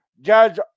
Judge